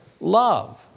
love